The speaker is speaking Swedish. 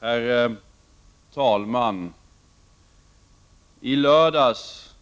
Herr talman! I lördags